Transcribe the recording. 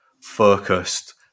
focused